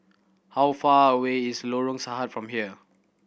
how far away is Lorong Sahad from here